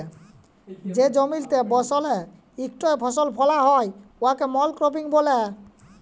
যে জমিতে বসরে ইকটই ফসল ফলাল হ্যয় উয়াকে মলক্রপিং ব্যলে